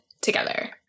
together